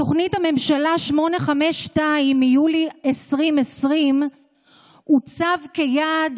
בתוכנית הממשלה 852 מיולי 2020 הוצבה כיעד